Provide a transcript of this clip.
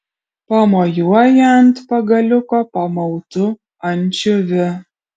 pamojuoja ant pagaliuko pamautu ančiuviu